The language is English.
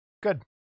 Good